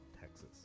Texas